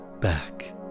back